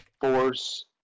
force